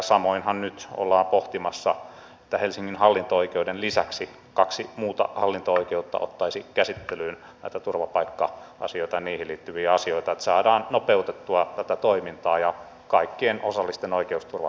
samoinhan nyt ollaan pohtimassa sitä että helsingin hallinto oikeuden lisäksi kaksi muuta hallinto oikeutta ottaisi käsittelyyn näitä turvapaikka asioita ja niihin liittyviä asioita että saadaan nopeutettua tätä toimintaa ja kaikkien osallisten oikeusturva paranee